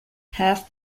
have